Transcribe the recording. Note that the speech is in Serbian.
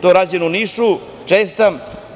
To je rađeno u Nišu, čestitam.